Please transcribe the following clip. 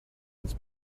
uns